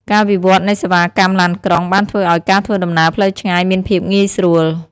ការវិវត្តនៃសេវាកម្មឡានក្រុងបានធ្វើឱ្យការធ្វើដំណើរផ្លូវឆ្ងាយមានភាពងាយស្រួល។